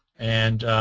and